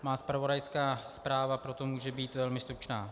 Má zpravodajská zpráva proto může být velmi stručná.